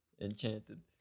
Enchanted